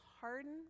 harden